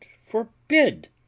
forbid